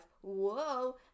Whoa